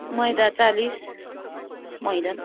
मैदा चालिस मैदा पनि